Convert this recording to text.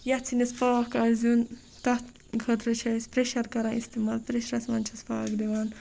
یَتھ سِنِس پاکھ آسہِ دیُن تَتھ خٲطرٕ چھِ أسۍ پریٚشَر کَران اِستعمال پریٚشرَس مَنٛز چھِس پاکھ دِوان